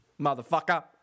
Motherfucker